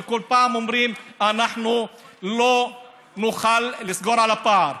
וכל פעם אומרים: אנחנו לא נוכל לסגור על הפער.